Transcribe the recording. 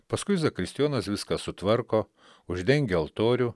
paskui zakristijonas viską sutvarko uždengia altorių